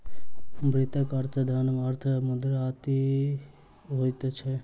वित्तक अर्थ धन, अर्थ, मुद्रा इत्यादि होइत छै